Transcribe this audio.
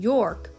York